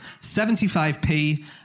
75p